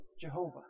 Jehovah